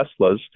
Teslas